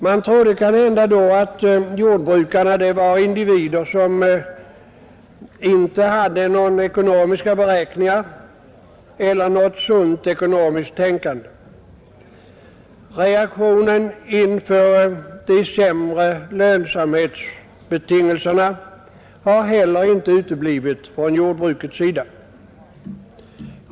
Man trodde kanhända då att jordbrukarna var individer som inte hade några ekonomiska beräkningar eller något sunt ekonomiskt tänkande. Reaktionen inför de sämre lönsamhetsbetingelserna har heller inte uteblivit från jordbrukets sida.